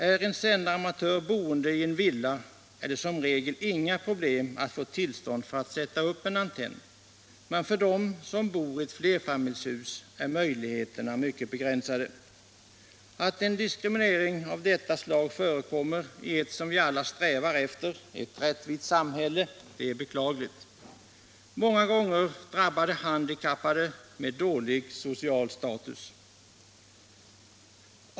Om en sändaramatör bor i en villa är det som regel inga problem att få tillstånd för att sätta upp en antenn. Men för dem som bor i ett flerfamiljshus är möjligheterna mycket begränsade. Att en diskriminering av detta slag förekommer i vårt samhälle, där vi alla strävar efter att genomföra rättvisa, är beklagligt. Många gånger drabbar det handikappade personer med dålig social status.